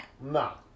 No